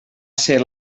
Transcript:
ser